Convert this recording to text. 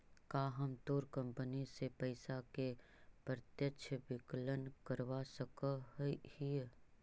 का हम तोर कंपनी से पइसा के प्रत्यक्ष विकलन करवा सकऽ हिअ?